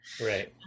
Right